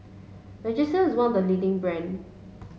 Vagisil is one of the leading brands